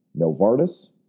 Novartis